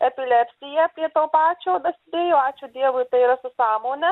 epilepsija prie to pačio dasidėjo ačiū dievui tai yra su sąmone